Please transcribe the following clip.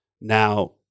now